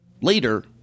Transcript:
Later